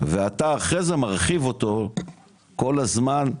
ואתה אחרי זה מרחיב אותו כל הזמן,